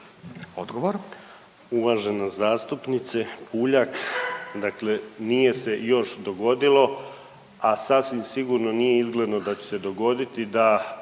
(HDZ)** Uvažena zastupnice Puljak, dakle nije se još dogodilo, a sasvim sigurno nije izgledno da će se dogoditi da